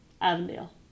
Avondale